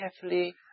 carefully